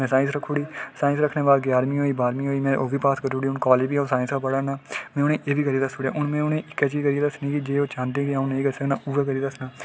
ते में साईंस रक्खी ओड़ी ते साईंस रक्खने दे बाद ञारमीं होई बाह्ऱमीं होई ते में ओह्बी पास करी ओड़ी ते में हून कालेज बी साईंस गै पढ़ै ना में हून एह्बी करियै दस्सी ओड़ेआ में हून एह्बी करियै दस्सना की जे ओह् चांह्दे में उ'ऐ करियै दस्सना आं